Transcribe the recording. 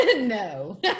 no